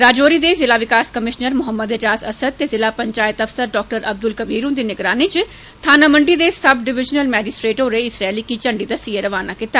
राजौरी दे जिला विकास कमीश्नर मोहम्मद ऐजाज़ असद ते जिला पंचायत अफसर डाक्टर अब्दुल कबीर हुन्दी निगरानी च थानामंडी दे सब डिविजनल मैजीस्ट्रिंट होरें इस रैली गी झंडी दस्सीयै रवाना कीता